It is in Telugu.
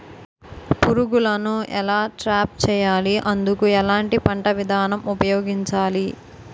పురుగులను ఎలా ట్రాప్ చేయాలి? అందుకు ఎలాంటి పంట విధానం ఉపయోగించాలీ?